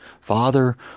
Father